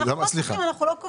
אנחנו לא קובעים.